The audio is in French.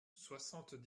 soixante